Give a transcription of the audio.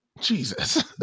Jesus